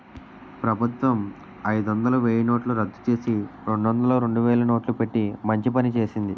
ప్రభుత్వం అయిదొందలు, వెయ్యినోట్లు రద్దుచేసి, రెండొందలు, రెండువేలు నోట్లు పెట్టి మంచి పని చేసింది